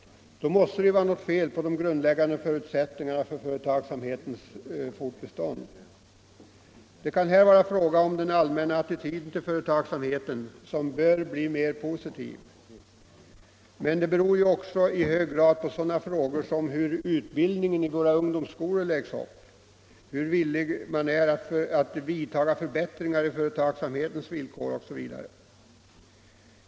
Då måste det vara något fel på de grundläggande förutsättningarna för företagsamhetens fortbestånd. Det kan vara så att den allmänna attityden till företagsamheten bör bli mer positiv, men det beror också i hög grad på hur utbildningen i ungdomsskolorna läggs upp, hur villig man är att vidtaga förbättringar i företagsamhetens villkor osv.